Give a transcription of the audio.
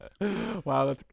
Wow